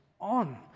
on